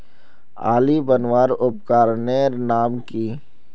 आली बनवार उपकरनेर नाम की?